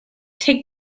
take